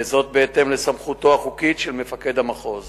וזאת בהתאם לסמכותו החוקית של מפקד המחוז